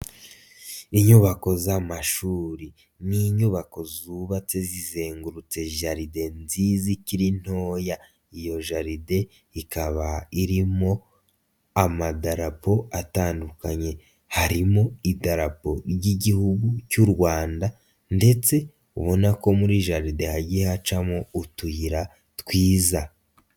Inyubako z'amashuri ni inyubako zubatse zizengurutse jaride nziza ikiri ntoya, iyo jaride ikaba irimo amadarapo atandukanye, harimo idararapo ry'Igihugu cy'u Rwanda ndetse ubona ko muri jaride hagiye hacamo utuyira twiza.